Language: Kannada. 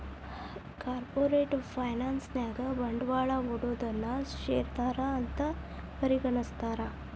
ಕಾರ್ಪೊರೇಟ್ ಫೈನಾನ್ಸ್ ನ್ಯಾಗ ಬಂಡ್ವಾಳಾ ಹೂಡೊನನ್ನ ಶೇರ್ದಾರಾ ಅಂತ್ ಪರಿಗಣಿಸ್ತಾರ